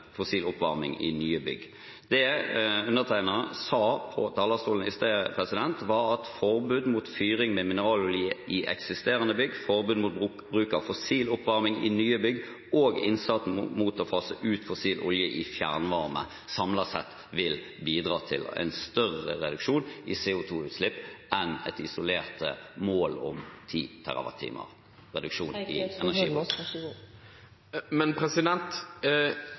fossil oppvarming i nye bygg. Det undertegnede sa på talerstolen i stad, var at forbud mot fyring med mineralolje i eksisterende bygg, forbud mot bruk av fossil oppvarming i nye bygg og innsatsen mot å fase ut fossil olje i fjernvarme samlet sett vil bidra til en større reduksjon i CO 2 -utslipp enn et isolert mål om 10 TWh reduksjon i